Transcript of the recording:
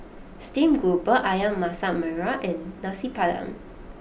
Stream Grouper Ayam Masak Merah and Nasi Padang